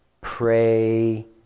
pray